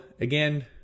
again